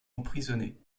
emprisonnés